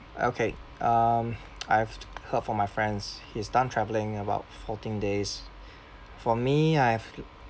okay um I've heard from my friends he's done travelling about fourteen days for me I've